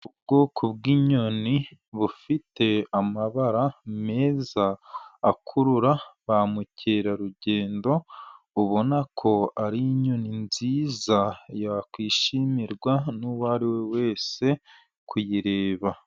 Ubwoko bw'inyoni bufite amabara meza akurura ba mukerarugendo ,ubona ko ari inyoni nziza yakwishimirwa n'uwo ari we wese kuyireba .